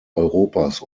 europas